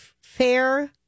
fair